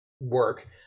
work